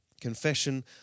Confession